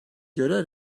göre